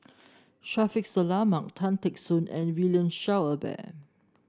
Shaffiq Selamat Tan Teck Soon and William Shellabear